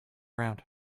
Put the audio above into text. around